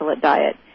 diet